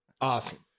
Awesome